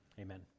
amen